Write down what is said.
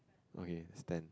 okay stand